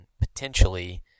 potentially